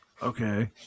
Okay